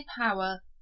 Power